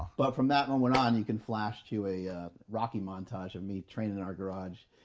but from that moment on you can flash to a ah rocky montage of me training in our garage.